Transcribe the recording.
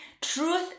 Truth